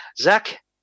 Zach